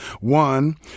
one